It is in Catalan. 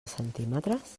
centímetres